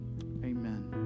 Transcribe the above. Amen